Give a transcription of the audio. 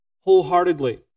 wholeheartedly